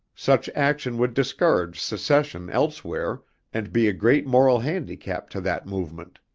such action would discourage secession elsewhere and be a great moral handicap to that movement.